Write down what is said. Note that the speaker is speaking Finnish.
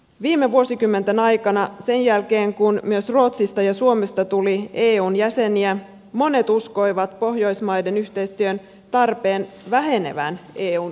viime vuosikymmenten aikana sen jälkeen kun myös ruotsista ja suomesta tuli eun jäseniä monet uskoivat pohjoismaiden yhteistyön tarpeen vähenevän eun vuoksi